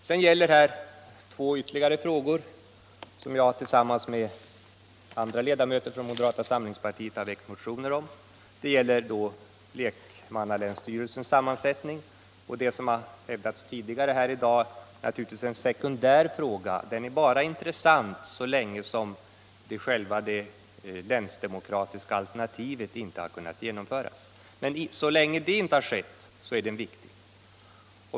När det gäller de övriga två frågor som vi behandlar nu har jag tillsammans med andra ledamöter från moderata samlingspartiet väckt motioner om dessa. Lekmannalänsstyrelsens sammansättning är, som det har hävdats tidigare här i dag, naturligtvis i och för sig en sekundär fråga. Den är bara intressant så länge det länsdemokratiska alternativet inte har kunnat genomföras, men så länge det inte har skett är den frågan viktig.